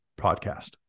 podcast